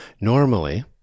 Normally